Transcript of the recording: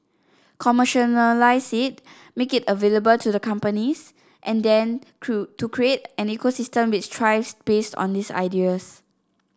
make it available to the companies and then to to create an ecosystem which thrives based on these ideas